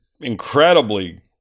incredibly